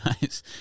guys